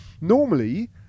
Normally